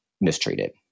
mistreated